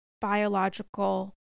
biological